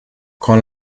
con